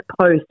post